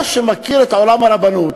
שמכיר את עולם הרבנות,